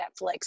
Netflix